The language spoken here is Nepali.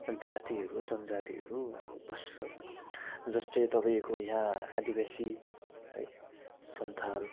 जातिहरू जनजातिहरू बस्छ जस्तै तपाईँको यहाँ आदिवासी है सन्थाल